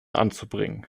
anzubringen